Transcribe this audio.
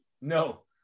No